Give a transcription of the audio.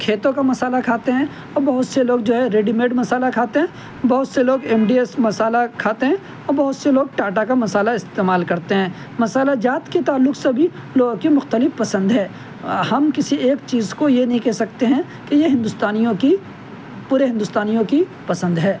کھیتوں کا مصالحہ کھاتے ہیں اور بہت سے لوگ جو ہے ریڈی میڈ مصالحہ کھاتے ہیں بہت سے لوگ ایم ڈی ایس مصالحہ کھاتے ہیں اور بہت سے لوگ ٹاٹا کا مصالحہ استعمال کرتے ہیں مصالحہ جات کے تعلق سے بھی لوگوں کی مختلف پسند ہے ہم کسی ایک چیز کو یہ نہیں کہہ سکتے ہیں کہ یہ ہندوستانیوں کی پورے ہندوستانیوں کی پسند ہے